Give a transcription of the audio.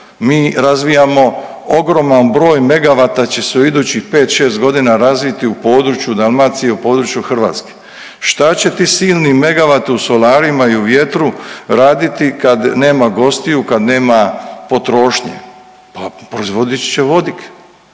Mi razvijamo ogroman broj megavata će se u idućih 5-6 godina razviti u području Dalmacije, u području Hrvatske. Šta će ti silni megavati u solarima i u vjetru raditi kad nema gostiju, kad nema potrošnje? Pa proizvod će vodik.